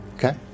Okay